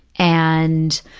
and